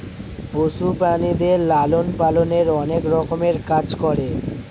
পশু প্রাণীদের লালন পালনে অনেক রকমের কাজ করে